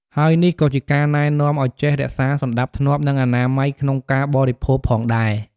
ហើយនេះក៏ជាការណែនាំឲ្យចេះ រក្សាសណ្តាប់ធ្នាប់ និងអនាម័យ ក្នុងការបរិភោគផងដែរ។